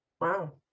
Wow